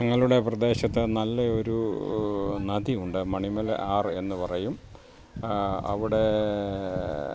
ഞങ്ങളുടെ പ്രദേശത്ത് നല്ലയൊരു നദി ഉണ്ട് മണിമല ആറ് എന്ന് പറയും അവിടെ